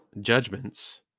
judgments